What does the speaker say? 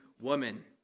woman